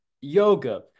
yoga